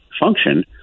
function